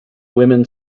women